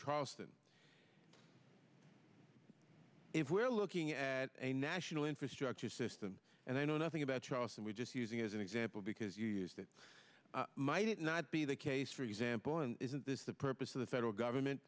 charleston if we're looking at a national infrastructure system and i know nothing about charleston we're just using it as an example because you use that might not be the case for example and isn't this the purpose of the federal government